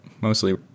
mostly